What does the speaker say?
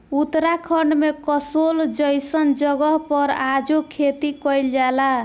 उत्तराखंड में कसोल जइसन जगह पर आजो खेती कइल जाला